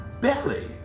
belly